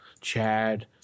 Chad